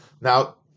Now